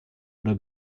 oder